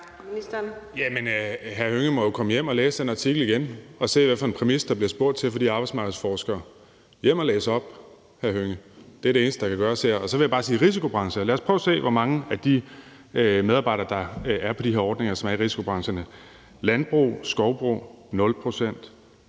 Jamen hr. Karsten Hønge må komme hjem og læse den artikel igen og se, hvad for en præmis, der bliver spurgt til for de arbejdsmarkedsforskere. Hjem og læse op, hr. Karsten Hønge. Det er det eneste, der kan gøres her. Så vil jeg bare sige: Lad os, prøve at se, hvor mange af de medarbejdere, der er på de ordninger, i som er i risikobrancherne. Landbrug og skovbrug: 0